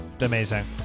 amazing